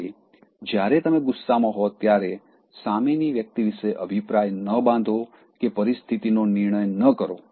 માટે જ્યારે તમે ગુસ્સામાં હો ત્યારે સામેની વ્યક્તિ વિશે અભિપ્રાય ના બાંધો કે પરિસ્થિતિ નો નિર્ણય ન કરો